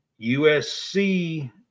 USC